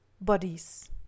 bodies